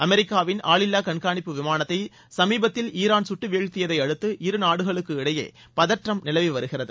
அமெரிக்காவின் ஆளில்லா கண்காணிப்பு விமானத்தை சமீபத்தில் ஈரான் சுட்டு வீழ்த்தியதை அடுத்து இரு நாடுகளுக்கு இடையே பதற்றம் நிலவி வருகிறது